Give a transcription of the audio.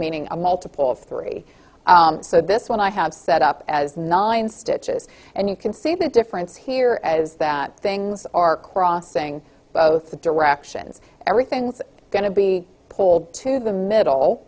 meaning a multiple of three so this one i have set up as nine stitches and you can see the difference here as that things are crossing both directions everything's going to be pulled to the middle